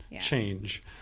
change